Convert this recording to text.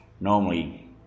Normally